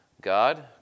God